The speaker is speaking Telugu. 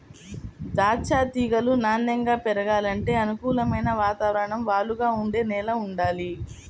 దాచ్చా తీగలు నాన్నెంగా పెరగాలంటే అనుకూలమైన వాతావరణం, వాలుగా ఉండే నేల వుండాలి